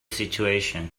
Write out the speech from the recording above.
situation